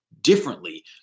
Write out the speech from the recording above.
differently